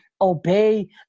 obey